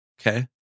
Okay